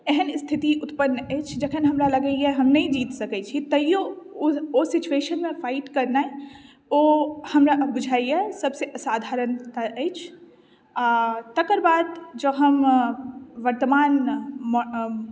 एहन स्थिति उत्पन्न अछि जखन हमरा लगैए हम नहि जीत सकै छी तैयो ओहि ओ सिचुएशनमे फाइट करनाइ ओ हमरा बुझाइए सभसँ असाधारणता अछि आ तकर बाद जँ हम वर्तमानमे